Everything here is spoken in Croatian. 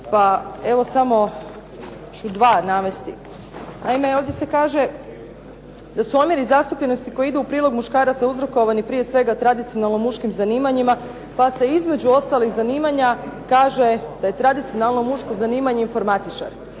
pa evo samo ću dva navesti. Naime, ovdje se kaže da su omjeri zastupljenosti koji idu u prilog muškaraca uzrokovani prije svega tradicionalno muškim zanimanjima pa se između ostalih zanimanja kaže da je tradicionalno muško zanimanje informatičar.